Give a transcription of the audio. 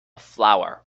flower